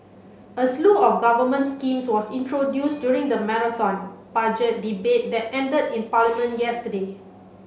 a slew of government schemes was introduced during the Marathon Budget Debate that ended in Parliament yesterday